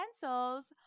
pencils